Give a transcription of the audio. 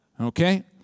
okay